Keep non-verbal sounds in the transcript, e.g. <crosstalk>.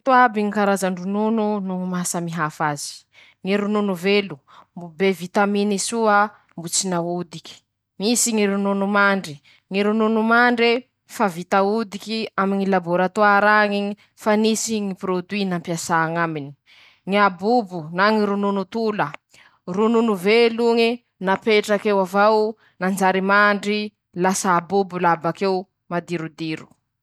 Reto aby ñy karazan-dronono noho ñy maha samy hafa azy: -Ñy ronono velo, <shushes> be vitaminy soa mbo tsy naodiky; -Misy ñy ronono mandry. Ñy ronono mandre fa vita odiky aminy ñy laboratoar'añy iñy fa nisy ñy produit nampiasa añaminy; -Ñy abobo na ñy ronono tola. Ronono velo iñe napetrak'eo avao nanjary mandry lasa abobo laha bakeo madirodiro.